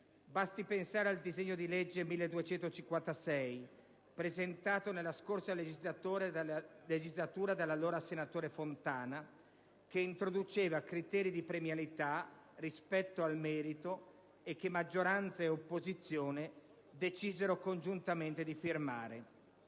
Basti pensare al disegno di legge n. 1256, presentato nella scorsa legislatura dall'allora senatore Fontana, che introduceva criteri di premialità rispetto al merito e che maggioranza e opposizione decisero congiuntamente di firmare.